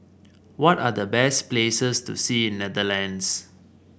what are the best places to see in Netherlands